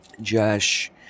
Josh